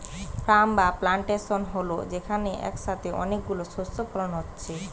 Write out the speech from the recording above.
farm বা plantation হল যেখানে একসাথে অনেক গুলো শস্য ফলন হচ্ছে